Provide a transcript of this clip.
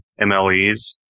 MLEs